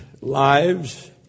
lives